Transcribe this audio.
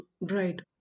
right